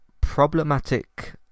problematic